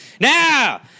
Now